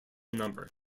number